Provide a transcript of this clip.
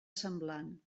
semblant